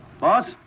boss